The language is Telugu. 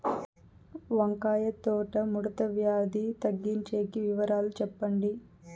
వంకాయ తోట ముడత వ్యాధి తగ్గించేకి వివరాలు చెప్పండి?